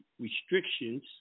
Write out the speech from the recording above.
restrictions